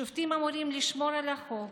שופטים אמורים לשמור על החוק,